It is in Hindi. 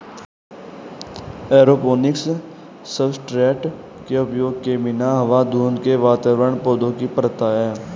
एरोपोनिक्स सब्सट्रेट के उपयोग के बिना हवा धुंध के वातावरण पौधों की प्रथा है